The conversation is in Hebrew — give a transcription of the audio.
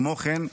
כמו כן,